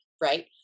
right